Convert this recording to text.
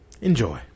Enjoy